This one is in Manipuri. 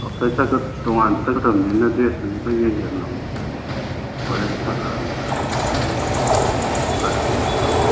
ꯑꯣꯐ ꯁꯒꯠ ꯇꯣꯡꯉꯥꯟꯅ ꯆꯠꯇꯕꯅꯤꯅ ꯗ꯭ꯔꯦꯁꯇꯨꯁꯨ ꯈꯔ ꯌꯦꯡꯁꯤꯜꯂꯝꯃꯣ ꯍꯣꯔꯦꯟ ꯍꯜꯂꯛꯂꯒ ꯎꯝ ꯐꯔꯦ ꯐꯔꯦ ꯊꯝꯃꯣ ꯊꯝꯃꯣ